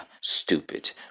stupid